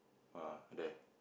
ah there